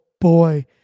boy